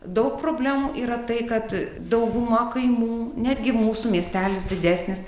daug problemų yra tai kad dauguma kaimų netgi mūsų miestelis didesnis